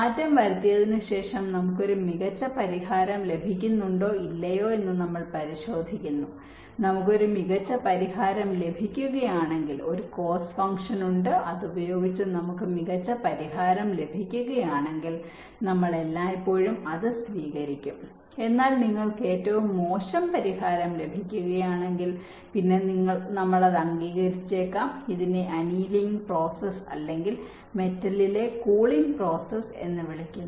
മാറ്റം വരുത്തിയതിനുശേഷം നമുക്ക് ഒരു മികച്ച പരിഹാരം ലഭിക്കുന്നുണ്ടോ ഇല്ലയോ എന്ന് നമ്മൾ പരിശോധിക്കുന്നു നമുക്ക് ഒരു മികച്ച പരിഹാരം ലഭിക്കുകയാണെങ്കിൽ ഒരു കോസ്ററ് ഫങ്ക്ഷൻ ഉണ്ട് അത് ഉപയോഗിച്ച് നമുക്ക് ഒരു മികച്ച പരിഹാരം ലഭിക്കുകയാണെങ്കിൽ നമ്മൾ എല്ലായ്പ്പോഴും അത് സ്വീകരിക്കും എന്നാൽ നിങ്ങൾക്ക് ഏറ്റവും മോശം പരിഹാരം ലഭിക്കുകയാണെങ്കിൽ പിന്നെ നമ്മൾ അത് അംഗീകരിച്ചേക്കാം ഇതിനെ അനിയലിംഗ് പ്രോസസ്സ് അല്ലെങ്കിൽ മെറ്റലിലെ കൂളിംഗ് പ്രോസസ്സ് എന്ന് വിളിക്കുന്നു